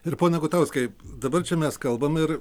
ir pone gutauskai dabar čia mes kalbam ir